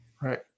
Right